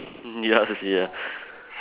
ya sia